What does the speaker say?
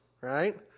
right